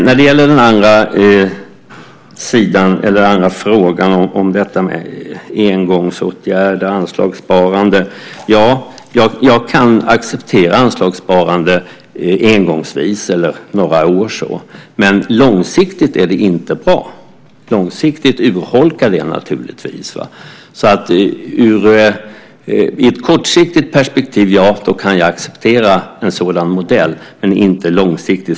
När det gäller den andra frågan, om engångsåtgärder och anslagssparande, vill jag säga att jag kan acceptera anslagssparande engångsvis eller några år. Men långsiktigt är det inte bra. Långsiktigt urholkar det naturligtvis. Ur ett kortsiktigt perspektiv, ja, då kan jag acceptera en sådan modell, men inte långsiktigt.